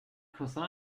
cousin